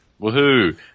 Woohoo